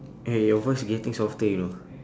eh your voice getting softer you know